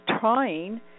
trying